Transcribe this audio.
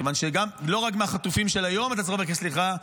כיוון שלא רק מהחטופים של היום אתם צריכים לבקש סליחה,